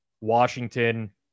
Washington